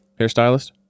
hairstylist